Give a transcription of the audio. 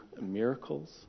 miracles